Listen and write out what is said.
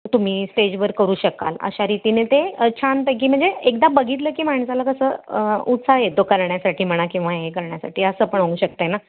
तुम्ही स्टेजवर करू शकाल अशा रीतीने ते छानपैकी म्हणजे एकदा बघितलं की माणसाला कसं उत्साह येतो करण्यासाठी म्हणा किंवा हे करण्यासाठी असं पण होऊ शकतं आहे ना